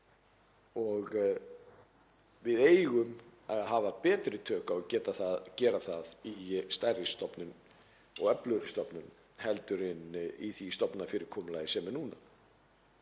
Við eigum að hafa betri tök á að gera það í stærri stofnun og öflugri stofnun en í því stofnanafyrirkomulagi sem er núna.